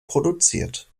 produziert